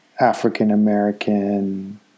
African-American